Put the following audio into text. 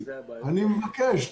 אני מבקש,